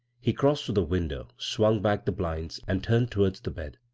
he crossed to the window, swung back the blinds, and turned towards the bed.